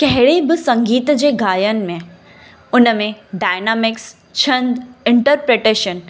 कहिड़े बि संगीत जे ॻाइनि में उन में डायनामिक्स छन इंटरप्रिटेशन